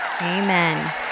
Amen